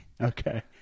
Okay